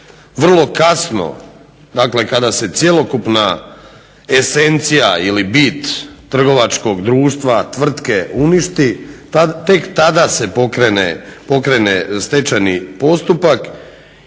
vrlo kasno. Dakle, kada se cjelokupna esencija ili bit trgovačkog društva, tvrtke uništi tek tada se pokrene stečajni postupak